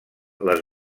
les